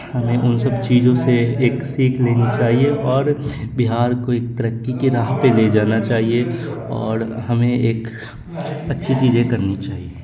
ہمیں ان سب چیزوں سے ایک سیکھ لینی چاہیے اور بہار کو ایک ترقی کے راہ پہ لے جانا چاہیے اور ہمیں ایک اچھی چیزیں کرنی چاہیے